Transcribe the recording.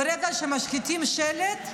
ברגע שמשחיתים שלט,